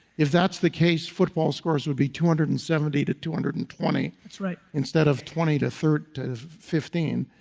if that's the case, football scores would be two hundred and seventy to two hundred and twenty that's right. instead of twenty to thirty to fifteen.